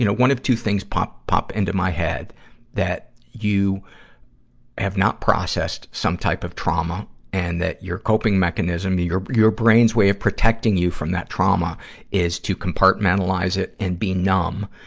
you know one of two things pop, pop into my head that you have not processed some type of trauma and that your coping mechanism, your your brain's way of protecting you from that trauma is to compartmentalize it and be numb.